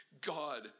God